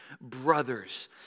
brothers